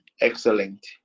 excellent